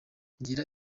ngira